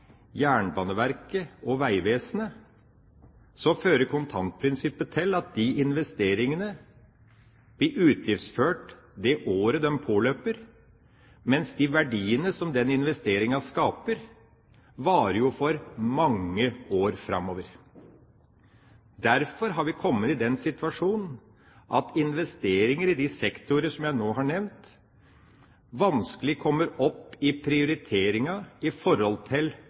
Jernbaneverket og Vegvesenet, fører kontantprinsippet til at de investeringene blir utgiftsført det året de påløper, mens de verdiene som den investeringen skaper, varer i mange år framover. Derfor har vi kommet i den situasjonen at investeringer i de sektorer som jeg nå har nevnt, vanskelig kommer opp i prioriteringa i forhold til velferdsforbedringer. Dermed får vi altså over tid for små investeringer knyttet til